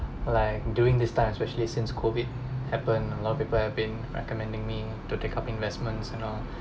like during this time especially since COVID happen a lot of people have been recommending me to take up investments and all